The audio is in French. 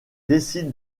décide